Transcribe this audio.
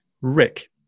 Rick